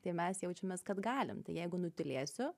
tai mes jaučiamės kad galim tai jeigu nutylėsiu